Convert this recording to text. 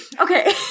Okay